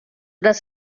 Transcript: dass